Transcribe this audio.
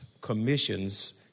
commissions